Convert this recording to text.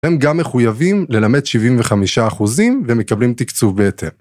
הם גם מחויבים ללמד 75% ומקבלים תקצוב בהתאם.